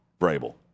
Vrabel